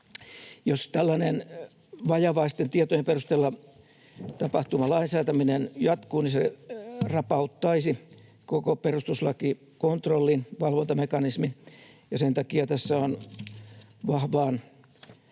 Jos tällainen vajavaisten tietojen perusteella tapahtuva lainsäätäminen jatkuisi, se rapauttaisi koko perustuslakikontrollin, valvontamekanismin, ja sen takia tässä on vahvaan